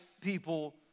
people